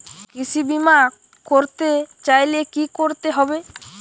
কৃষি বিমা করতে চাইলে কি করতে হবে?